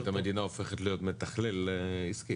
זאת אומרת שהמדינה הופכת להיות מתכלל עסקי,